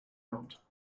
out